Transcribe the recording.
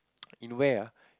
in where ah